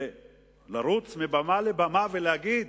לרוץ מבמה לבמה ולהגיד: